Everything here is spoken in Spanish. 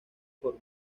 por